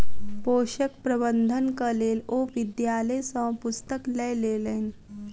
पोषक प्रबंधनक लेल ओ विद्यालय सॅ पुस्तक लय लेलैन